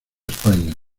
españa